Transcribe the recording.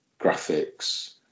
graphics